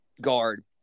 guard